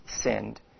sinned